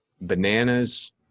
bananas